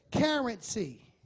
currency